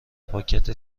پاکت